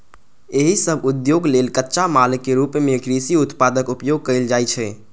एहि सभ उद्योग लेल कच्चा मालक रूप मे कृषि उत्पादक उपयोग कैल जाइ छै